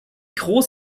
groß